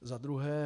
Za druhé.